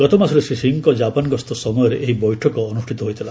ଗତମାସରେ ଶ୍ରୀ ସିଂହଙ୍କ ଜାପାନ ଗସ୍ତ ସମୟରେ ଏହି ବୈଠକ ଅନୃଷ୍ଠିତ ହୋଇଥିଲା